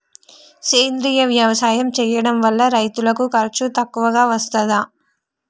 సేంద్రీయ వ్యవసాయం చేయడం వల్ల రైతులకు ఖర్చు తక్కువగా వస్తదా?